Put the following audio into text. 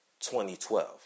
2012